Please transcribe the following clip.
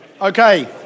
Okay